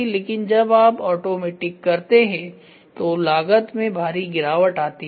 लेकिन जब आप ऑटोमेटिक करते हैं तो लागत में भारी गिरावट आती है